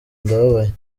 ndababaye